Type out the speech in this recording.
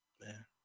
man